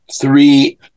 three